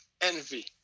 Envy